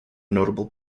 notable